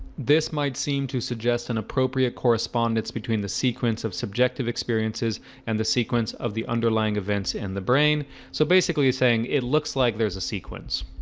this might seem to suggest an appropriate correspondence between the sequence of subjective experiences and the sequence of the underlying events in the brain so basically saying it looks like there's a sequence.